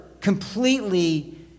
completely